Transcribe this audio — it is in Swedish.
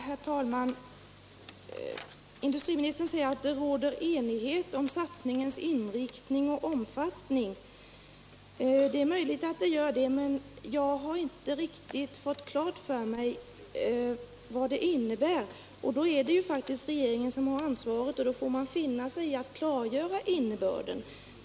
Herr talman! Industriministern säger att det råder enighet om satsningens inriktning och omfattning. Det är möjligt att så är fallet, men jag har inte riktigt fått klart för mig vad satsningen innebär. Det är faktiskt regeringen som har ansvaret, och då får den finna sig i att klargöra innebörden.